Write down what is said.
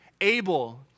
Abel